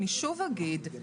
אני שוב אגיד,